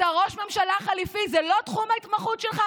אתה ראש משלה חליפי, זה לא תחום ההתמחות שלך?